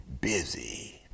busy